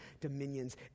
dominions